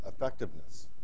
effectiveness